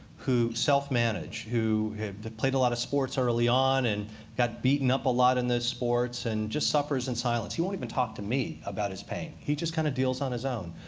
who self-manage, who played a lot of sports early on, and got beaten up a lot in those sports, and just suffers in silence. he won't even talk to me about his pain. he just kind of deals on his own.